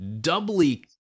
doubly